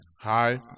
Hi